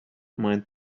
mind